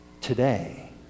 today